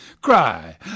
cry